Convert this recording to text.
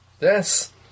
Yes